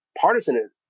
partisan